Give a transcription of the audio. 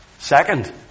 second